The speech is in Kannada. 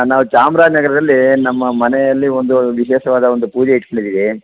ನಾವು ಚಾಮ್ರಾಜ ನಗರದಲ್ಲಿ ನಮ್ಮ ಮನೆಯಲ್ಲಿ ಒಂದು ವಿಶೇಷವಾದ ಒಂದು ಪೂಜೆ ಇಟ್ಕೊಂಡಿದೀವಿ